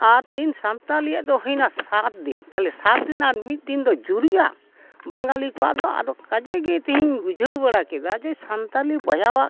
ᱟᱨ ᱛᱤᱱ ᱥᱟᱱᱛᱟᱞᱤᱭᱟᱜ ᱫᱚ ᱦᱩᱭᱱᱟ ᱥᱟᱛ ᱫᱤᱱ ᱛᱟᱦᱚᱞᱮ ᱥᱟᱛ ᱫᱤᱱ ᱟᱨ ᱢᱤᱫ ᱫᱤᱱ ᱫᱚ ᱡᱩᱨᱤᱜᱼᱟ ᱵᱟᱝᱜᱟᱞᱤ ᱠᱚᱣᱟᱜ ᱫᱚ ᱟᱫᱚ ᱠᱟᱡᱮᱜᱮ ᱛᱮᱦᱮᱧ ᱵᱩᱡᱷᱟᱹᱣ ᱵᱟᱲᱟ ᱠᱮᱫᱟ ᱡᱮ ᱥᱟᱱᱛᱟᱞᱤ ᱵᱚᱭᱦᱟᱣᱟᱜ